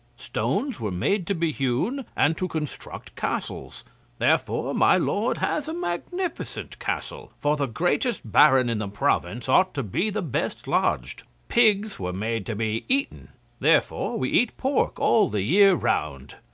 stones were made to be hewn, and to construct castles therefore my lord has a magnificent castle for the greatest baron in the province ought to be the best lodged. pigs were made to be eaten therefore we eat pork all the year round.